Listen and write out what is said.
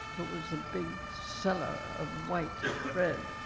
who was a big seller of white bread.